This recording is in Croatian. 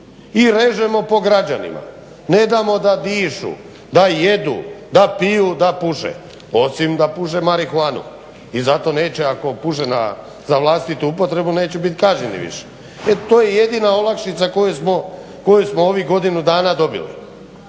i režemo po građanima. Nedamo da dišu, da jedu, da piju, da puše, osim da puše marihuanu i zato neće ako puše za vlastitu upotrebu neće biti kažnjeni više. E to je jedina olakšica koju smo ovu godinu dana dobili.